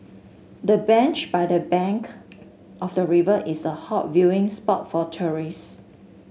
the bench by the bank of the river is a hot viewing spot for tourist